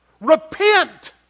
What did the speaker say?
repent